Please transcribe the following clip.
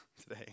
today